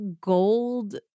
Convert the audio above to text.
gold